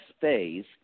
phase